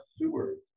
sewers